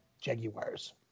Jaguars